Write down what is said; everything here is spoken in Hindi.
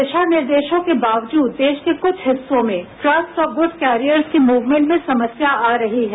दिशा निर्देशों के बावजूद देश के कुछ हिस्सों में ट्रक्स और गुड कैरियर्स की मूवमेंट में समस्या आ रही है